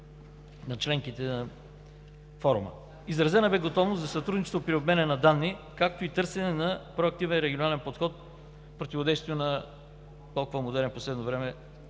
на членките на форума. Изразена бе готовност за сътрудничество при обмена на данни, както и търсене на проактивен регионален подход за противодействието на толкова модерния в последно време